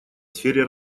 сфере